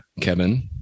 Kevin